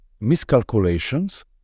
miscalculations